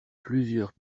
plusieurs